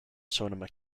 sonoma